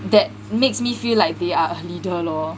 that makes me feel like they are a leader lor